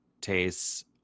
tastes